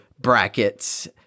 brackets